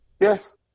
Yes